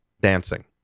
dancing